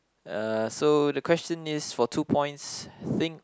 uh so the question is for two points think